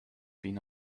been